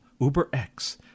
UberX